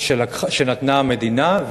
שנתנה המדינה,